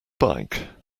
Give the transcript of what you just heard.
bike